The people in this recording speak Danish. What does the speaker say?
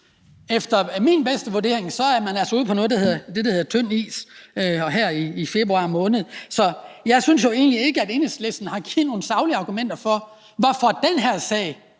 Efter min bedste vurdering er man altså ude på det, der hedder tynd is – her i februar måned – så jeg synes egentlig ikke, at Enhedslisten har givet nogen saglige argumenter for, hvorfor den her sag